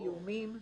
איומים.